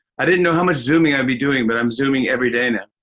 i didn't know how much zooming i'd be doing, but i'm zooming every day now.